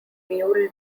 mule